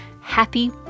happy